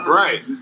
right